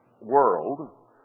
world